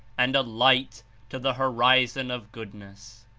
and a light to the horizon of good ness.